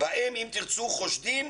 שבהם "אם תרצו" חושדים